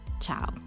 Ciao